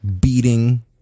beating